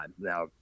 Now